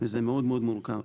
וזה מאוד מאוד מורכב.